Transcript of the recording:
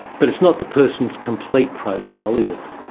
but it's not the person's complete profile, is it?